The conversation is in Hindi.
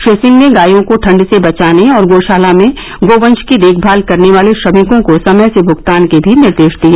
श्री सिंह ने गायों को ठंड से बचाने और गोशाला में गोवंश की देखभाल करने वाले श्रमिकों को समय से भुगतान के भी निर्देश दिए